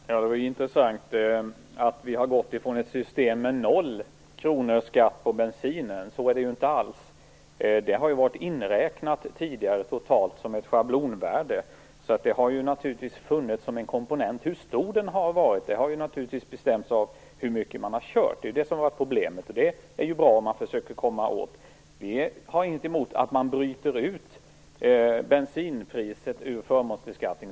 Fru talman! Det var intressant att höra att vi har gått ifrån ett system med noll kronor i skatt på bensinen. Så är det ju inte alls. Den har tidigare varit inräknad som ett schablonvärde, så den har naturligtvis funnits med som en komponent. Hur stor den har varit har bestämts av hur mycket man har kört. Vi har inget emot att man bryter ut bensinpriset ur förmånsbeskattningen.